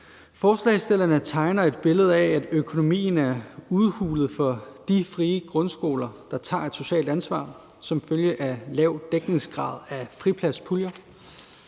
Forslagsstillerne tegner et billede af, at økonomien er udhulet for de frie grundskoler, der tager et socialt ansvar, som følge af lav dækningsgrad af fripladspuljer.